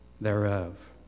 thereof